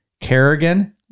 Kerrigan